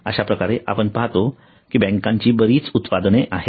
अश्याप्रकारे आपण पाहतो की बँकांची बरीच उत्पादने आहेत